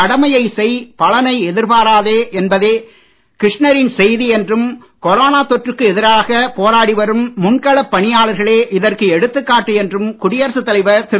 கடமையைச் செய் பலனை எதிர் பாராதே என்பதே கிருஷ்ணரின் செய்தி என்றும் கொரோனா தொற்றுக்கு எதிராக போராடி வரும் முன்களப் பணியாளர்களே இதற்கு எடுத்துக் காட்டு என்றும் குடியரசுத் தலைவர்திரு